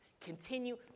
Continue